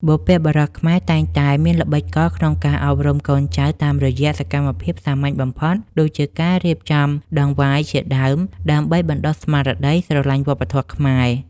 បុព្វបុរសខ្មែរតែងតែមានល្បិចកលក្នុងការអប់រំកូនចៅតាមរយៈសកម្មភាពសាមញ្ញបំផុតដូចជាការរៀបចំដង្វាយជាដើមដើម្បីបណ្ដុះស្មារតីស្រឡាញ់វប្បធម៌ខ្មែរ។